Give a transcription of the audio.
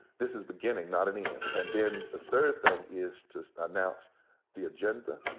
this is beginning, not an end. and then the third thing is to announce the agenda,